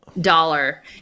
dollar